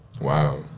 Wow